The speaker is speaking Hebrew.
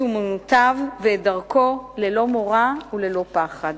אמונותיו ואת דרכו ללא מורא וללא פחד.